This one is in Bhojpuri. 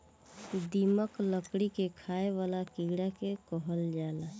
दीमक, लकड़ी के खाए वाला कीड़ा के कहल जाला